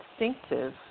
instinctive